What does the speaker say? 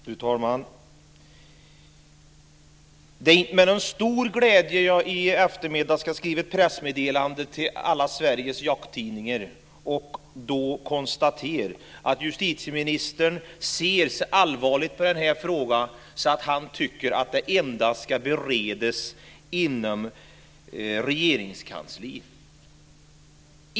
Fru talman! Det är inte med någon stor glädje som jag i eftermiddag ska skriva ett pressmeddelande till alla Sveriges jakttidningar och då konstatera att justitieministern ser så allvarligt på den här frågan att han tycker att den endast ska beredas inom Regeringskansliet.